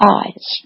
eyes